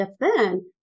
if-then